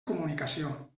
comunicació